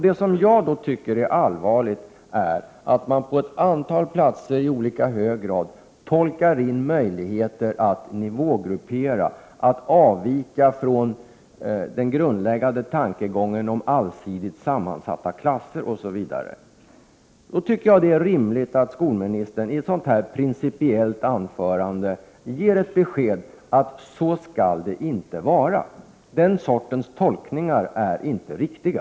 Det som är allvarligt är att man på ett antal platser i olika hög grad tolkar in möjligheter att nivågruppera, att avvika från den grundläggande tankegången om allsidigt sammansatta klasser osv. Då är det rimligt att skolministern, i ett sådant här principiellt anförande, ger beskedet att den sortens tolkningar inte är riktiga.